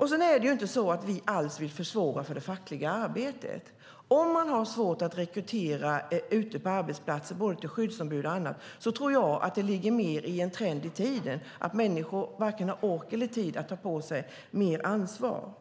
Vi vill inte heller försvåra för det fackliga arbetet. Om man har svårt att rekrytera till funktioner som skyddsombud och annat ute på arbetsplatser tror jag att det mer är en trend i tiden. Människor har varken ork eller tid att ta på sig mer ansvar.